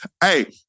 Hey